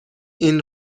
این